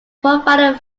provided